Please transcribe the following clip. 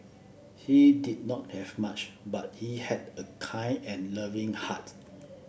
he did not have much but he had a kind and loving heart